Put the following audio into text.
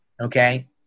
okay